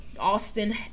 Austin